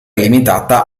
limitata